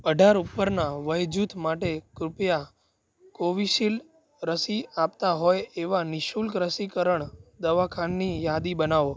અઢાર ઉપરના વયજૂથ માટે કૃપયા કોવિશીલ્ડ રસી આપતાં હોય એવાં નિઃશુલ્ક રસીકરણ દવાખાનાંની યાદી બનાવો